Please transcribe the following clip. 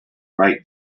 right